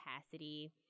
capacity